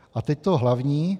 A teď to hlavní.